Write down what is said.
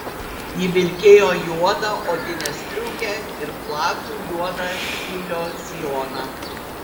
ji vilkėjo juodą odinę striukę ir platų juodą tiulio sijoną